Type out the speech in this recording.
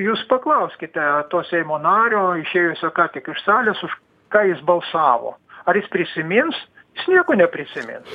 jūs paklauskite to seimo nario išėjusio ką tik iš salės už ką jis balsavo ar jis prisimins jis nieko neprisimins